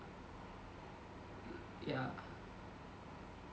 ya